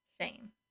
shame